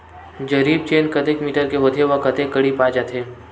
जरीब चेन कतेक मीटर के होथे व कतेक कडी पाए जाथे?